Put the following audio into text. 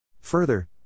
Further